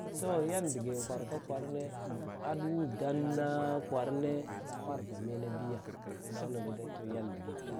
To yan dige kwaraka kwarane aɗu wudanna kwarane hwar ba mena biya udah nivude to yan digite